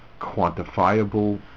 quantifiable